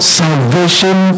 salvation